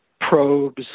probes